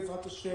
בעזרת ה',